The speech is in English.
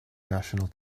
national